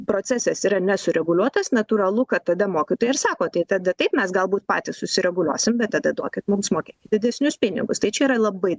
procesas yra nesureguliuotas natūralu kad tada mokytojai ir sako tai tada taip mes galbūt patys sureguliuosim bet tada duokit mums mokėkit didesnius pinigus tai čia yra labai